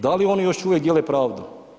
Da li oni još uvijek dijele pravdu?